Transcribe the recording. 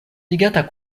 ligata